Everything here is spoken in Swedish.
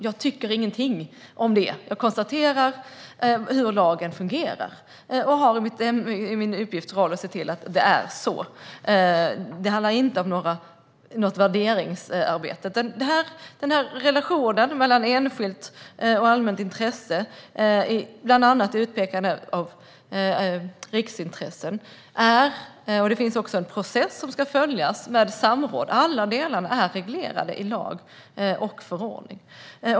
Jag tycker ingenting om det, utan jag konstaterar hur lagen fungerar. Jag har i min roll till uppgift att se till att det är så. Det handlar inte om något värderingsarbete. När det gäller relationen mellan enskilt och allmänt intresse, bland annat i utpekande av riksintressen, finns det en process med samråd som ska följas. Alla delarna är reglerade i lag och förordning.